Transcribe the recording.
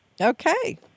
Okay